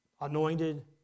anointed